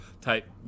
type